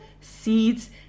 seeds